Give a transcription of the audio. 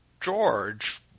George